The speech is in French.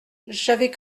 j’avais